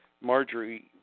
Marjorie